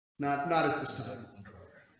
not not at this time. i